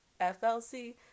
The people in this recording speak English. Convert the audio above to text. FLC